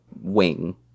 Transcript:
wing